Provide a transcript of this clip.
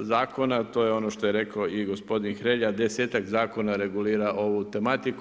zakona, to je ono što je rekao i gospodin Hrelja, 10-tak zakona regulira ovu tematiku.